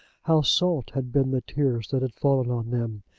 how salt had been the tears that had fallen on them,